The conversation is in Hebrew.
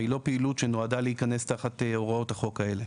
היא לא פעילות שנועדה להיכנס תחת הוראות החוק האלה.